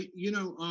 you know,